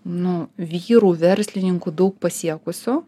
nu vyrų verslininkų daug pasiekusių